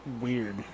weird